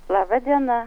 laba diena